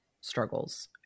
struggles